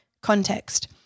context